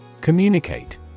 Communicate